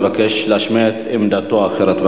מבקש להשמיע את עמדתו האחרת.